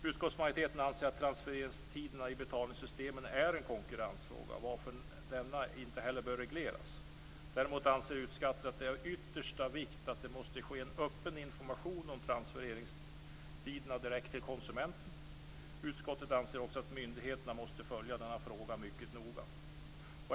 Utskottsmajoriteten anser att transfereringstiderna i betalningssystemen är en konkurrensfråga, varför de inte bör regleras. Däremot anser utskottet att det är av yttersta vikt att det sker en öppen information om transfereringstiderna direkt till konsumenten. Utskottet anser också att myndigheterna måste följa denna fråga mycket noga.